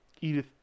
Edith